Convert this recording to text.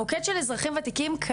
המוקד של אזרחים וותיקים,